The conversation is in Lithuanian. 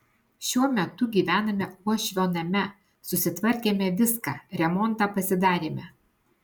šiuo metu gyvename uošvio name susitvarkėme viską remontą pasidarėme